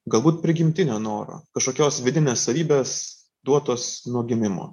galbūt prigimtinio noro kažkokios vidinės savybės duotos nuo gimimo